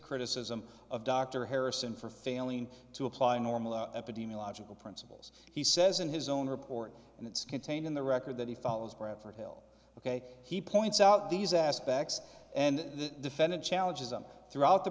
criticism of dr harrison for failing to apply normal epidemiological principles he says in his own report and it's contained in the record that he follows bradford hill ok he points out these aspects and the defendant challenges them throughout the